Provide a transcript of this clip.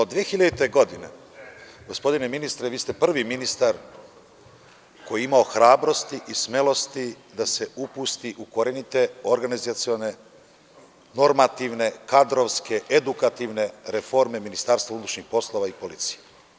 Od 2000. godine, gospodine ministre, vi ste prvi ministar koji je imao hrabrosti i smelosti da se upusti u korenite, organizacione, normativne, kadrovske, edukativne reforme MUP-a i policije.